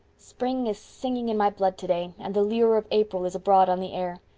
spring is singing in my blood today, and the lure of april is abroad on the air.